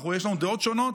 יש לנו דעות שונות,